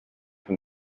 from